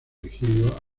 virgilio